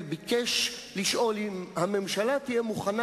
להזכיר שמות,